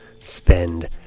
spend